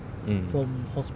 mm